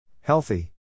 Healthy